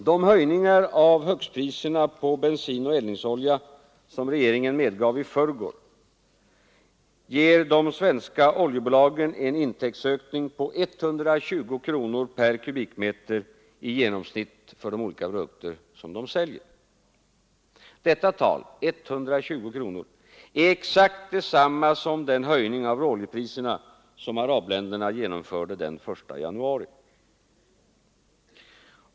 De höjningar av högstpriserna på bensin och eldningsolja som regeringen medgav i förrgår ger de svenska oljebolagen i genomsnitt en intäktsökning på 120 kronor per kubikmeter för de olika produkter som de säljer. Detta tal, 120 kronor, är exakt detsamma som den höjning av råoljepriserna som arabländerna genomförde den 1 januari.